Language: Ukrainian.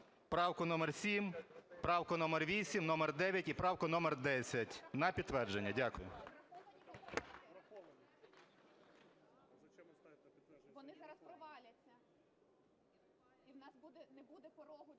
правку номер 7, правку номер 8, номер 9 і правку номер 10 на підтвердження. Дякую.